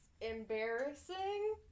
embarrassing